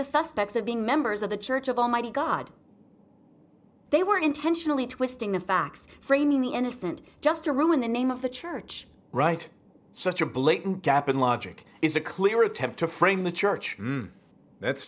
suspects have been members of the church of almighty god they were intentionally twisting the facts framing the innocent just to ruin the name of the church right such a blatant gap in logic is a clear attempt to frame the church that's